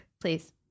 Please